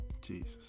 Jesus